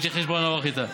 יש לי חשבון ארוך איתה.